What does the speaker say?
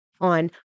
on